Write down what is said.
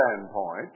standpoint